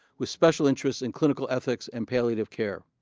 with special interest in clinical ethics and palliative care.